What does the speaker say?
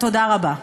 תודה רבה.